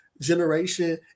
generation